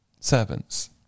servants